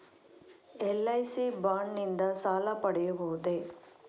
LIC bond ನಿಂದ ಸಾಲ ಪಡೆಯಬಹುದೇ?